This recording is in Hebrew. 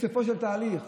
בסופו של תהליך,